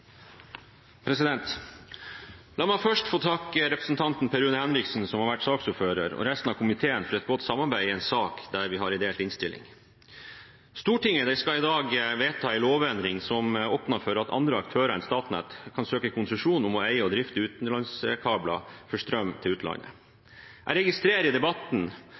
som har vært saksordfører, og resten av komiteen for et godt samarbeid i en sak der vi har en delt innstilling. Stortinget skal i dag vedta en lovendring som åpner for at andre aktører enn Statnett kan søke konsesjon om å eie og drifte utenlandskabler for strøm til utlandet. Jeg registrerer at i debatten